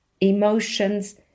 emotions